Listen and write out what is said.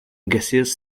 gaseous